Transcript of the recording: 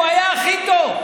הוא היה הכי טוב.